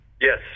Yes